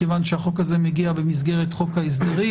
מכיוון שהחוק הזה מגיע במסגרת חוק ההסדרים.